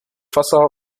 wasser